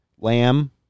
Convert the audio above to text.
lamb